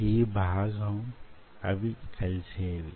ఈ భాగం అవి కలిసేవి